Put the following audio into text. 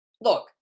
Look